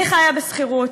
אני חיה בשכירות.